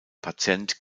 patient